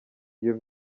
iyo